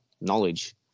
knowledge